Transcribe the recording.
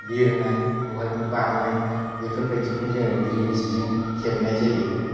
बिरनाय बहायबा बारनाय बेफोरबायदिखौ जोङो ग्रिन जिजों खेबनाय जायो